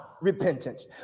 repentance